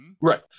Right